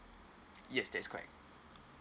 yes that's correct